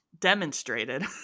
demonstrated